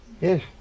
Yes